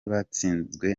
batsinzwe